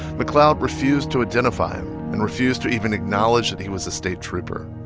mcleod refused to identify him and refused to even acknowledge that he was a state trooper.